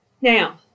Now